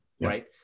right